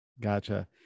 Gotcha